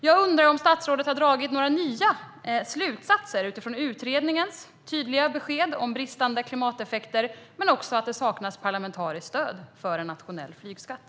Jag undrar om statsrådet har dragit några nya slutsatser med anledning av utredningens tydliga besked om bristande klimateffekter och av att det saknas parlamentariskt stöd för en nationell flygskatt.